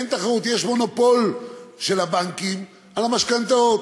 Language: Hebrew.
אין תחרות, יש מונופול של הבנקים על המשכנתאות.